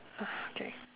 okay